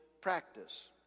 practice